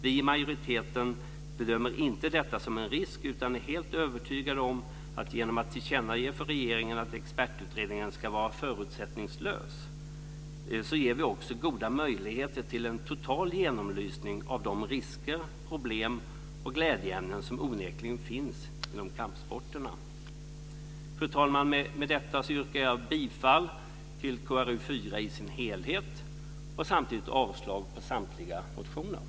Vi i majoriteten bedömer inte detta som en risk, utan är helt övertygade om att vi genom att tillkännage för regeringen att expertutredningen ska vara förutsättningslös också ger goda möjligheter till en total genomlysning av de risker, problem och glädjeämnen som onekligen finns inom kampsporterna. Fru talman! Med detta yrkar jag bifall till samtliga förslag i kulturutskottets betänkande 4 och avslag på motionerna.